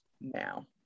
now